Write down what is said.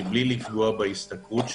מבלי לפגוע בהשתכרות שלהם.